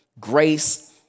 grace